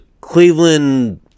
Cleveland